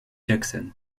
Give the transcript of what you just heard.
jackson